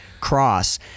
cross